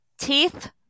teeth